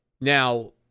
now